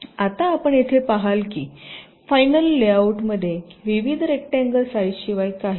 आता आपण येथे पहाल की फायनल लेआउटमध्ये विविध रेकट्यांगल साईजशिवाय काहीही नाही